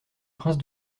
prince